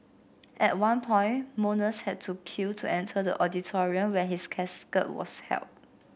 at one point mourners had to queue to enter the auditorium where his casket was held